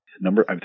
number